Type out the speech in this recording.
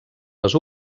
les